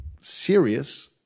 serious